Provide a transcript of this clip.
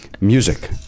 Music